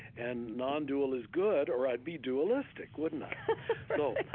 and non-dual is good, or i'd be dualistic, wouldn't so